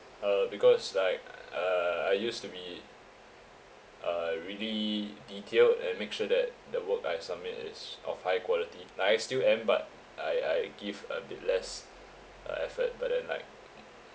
uh because like uh I used to be a really detailed and make sure that the work I submit is of high quality like I still am but I I give a bit less uh effort but then like